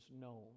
known